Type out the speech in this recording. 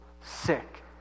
sick